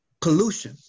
pollution